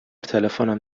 تلفنم